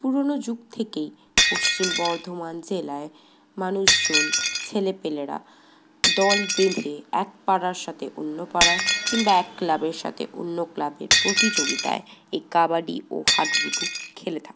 পুরোনো যুগ থেকেই পশ্চিম বর্ধমান জেলায় মানুষজন ছেলেপিলেরা দল বেঁধে এক পাড়ার সাথে অন্য পাড়ার কিংবা এক ক্লাবের সাথে অন্য ক্লাবের প্রতিযোগিতায় এই কাবাডি ও হাডুডু খেলে থাকতো